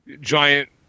giant